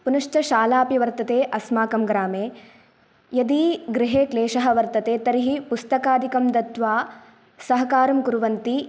पुनश्च शाला अपि वर्तते अस्माकं ग्रामे यदि गृहे क्लेशः वर्तते तर्हि पुस्तकादिकं दत्वा सहकारं कुर्वन्ति